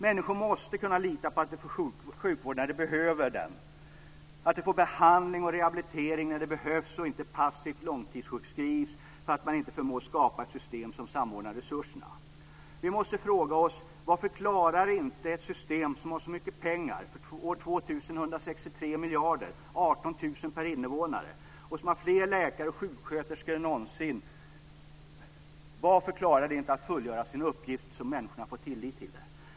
Människor måste kunna lita på att de får sjukvård när de behöver den, att de får behandling och rehabilitering när det behövs och inte passivt långtidssjukskrivs därför att man inte förmått skapa ett system som samordnar resurserna. Vi måste fråga oss: Varför klarar inte ett system som har så mycket pengar - för år 2000 163 miljarder, 18 000 kr per invånare - och som har fler läkare och sjuksköterskor än någonsin att fullgöra sin uppgift så att människor har tillit till det?